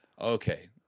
okay